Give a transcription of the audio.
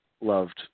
loved